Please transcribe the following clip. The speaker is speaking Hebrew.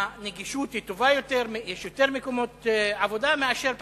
הנגישות טובה יותר ויש יותר מקומות עבודה מאשר בפריפריה.